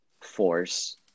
force